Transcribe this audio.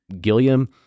Gilliam